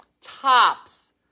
Tops